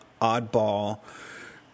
oddball